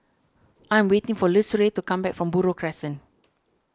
I'm waiting for Lucero to come back from Buroh Crescent